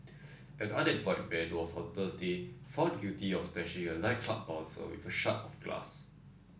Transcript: an unemployed man was on Thursday found guilty of slashing a nightclub bouncer with a shard of glass